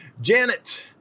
Janet